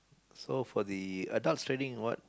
so for the adults training what